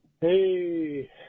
Hey